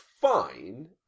fine